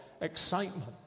excitement